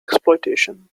exploitation